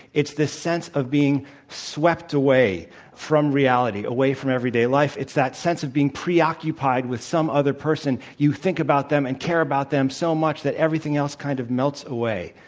it's the sense of being swept away, remote from reality, away from everyday life. it's that sense of being preoccupied with some other person. you think about them and care about them so much that everything else kind of melts away.